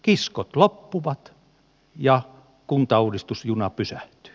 kiskot loppuvat ja kuntauudistusjuna pysähtyy